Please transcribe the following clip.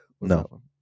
No